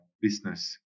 business